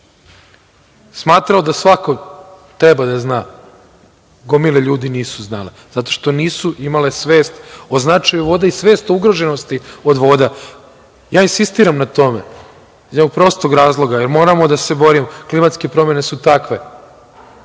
smatrao da svako treba da zna, gomile ljudi nisu znale, zato što nisu imali svest o značaju voda i svest o ugroženosti od voda. Ja insistiram na tome iz prostog razloga jer moramo da se borimo. Klimatske promene su takve